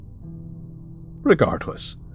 Regardless